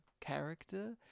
character